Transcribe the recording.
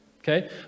Okay